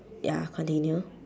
ya continue